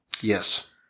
Yes